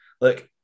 look